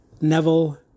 Neville